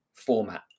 format